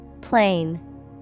Plain